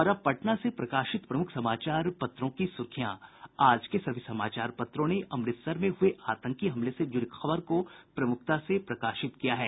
और अब पटना से प्रकाशित प्रमुख समाचार पत्रों की सुर्खियां आज के सभी समाचार पत्रों ने अमृतसर में हुये आतंकी हमले से जुड़ी खबर को प्रमुखता से प्रकाशित किया है